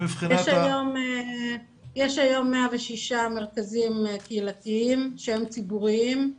יש היום 106 מרכזים קהילתיים שהם ציבוריים.